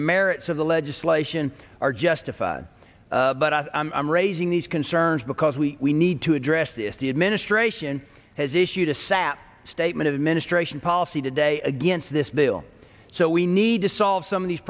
merits of the legislation are justified but i'm raising these concerns because we we need to address this the administration has issued a sad statement of administration policy today against this bill so we need to solve some of these